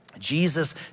Jesus